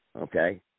okay